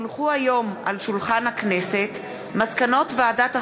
כי הונחו היום על שולחן הכנסת מסקנות ועדת החינוך,